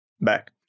back